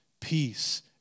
peace